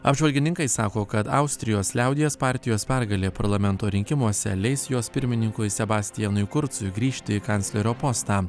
apžvalgininkai sako kad austrijos liaudies partijos pergalė parlamento rinkimuose leis jos pirmininkui sebastianui kurcui sugrįžti į kanclerio postą